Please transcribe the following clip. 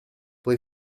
puoi